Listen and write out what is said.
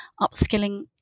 upskilling